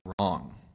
wrong